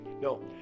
no